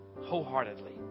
wholeheartedly